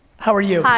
how are you?